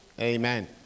amen